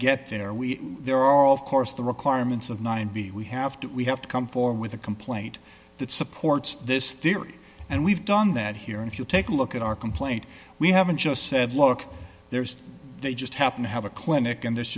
get there we there are of course the requirements of nine b we have to we have to come for with a complaint that supports this theory and we've done that here if you take a look at our complaint we haven't just said look there's they just happen to have a clinic and th